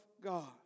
God